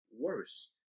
worse